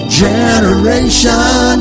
generation